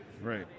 Right